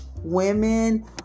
women